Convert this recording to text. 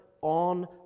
on